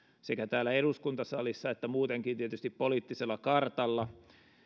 sekä täällä eduskuntasalissa että tietysti muutenkin poliittisella kartalla